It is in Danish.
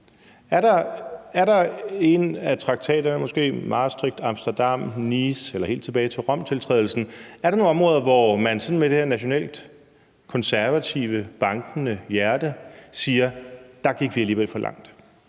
i en af traktaterne måske, Maastricht, Amsterdam, Nice eller helt tilbage til Romtiltrædelsen? Er der nogen områder, hvor man med det nationalkonservative bankende hjerte siger: Der gik vi alligevel for langt?